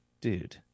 Dude